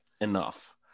enough